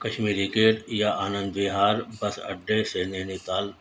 Kashmiri gate یا Anand Vihar bus اڈے سے نینی تال